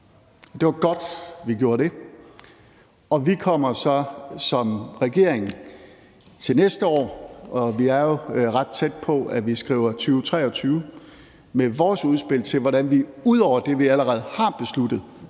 Det var godt, at vi gjorde det. Og vi kommer så som regering til næste år – og vi er jo ret tæt på, at vi skriver 2023 – med vores udspil til, hvordan vi ud over det, vi allerede har besluttet